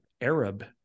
Arab